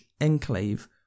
enclave